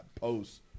posts